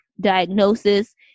diagnosis